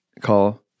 call